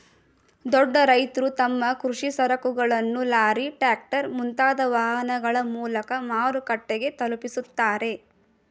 ದೊಡ್ಡ ರೈತ್ರು ತಮ್ಮ ಕೃಷಿ ಸರಕುಗಳನ್ನು ಲಾರಿ, ಟ್ರ್ಯಾಕ್ಟರ್, ಮುಂತಾದ ವಾಹನಗಳ ಮೂಲಕ ಮಾರುಕಟ್ಟೆಗೆ ತಲುಪಿಸುತ್ತಾರೆ